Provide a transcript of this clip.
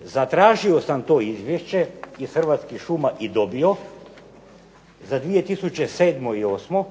Zatražio sam to izvješće iz Hrvatskih šuma i dobio za 2007. i osmu